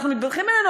אנחנו מתבדחים בינינו,